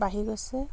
বাঢ়ি গৈছে